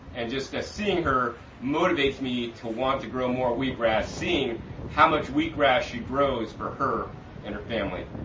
and just seeing her motivates me to want to grow more wheatgrass, seeing how much wheatgrass she grows for her and her family.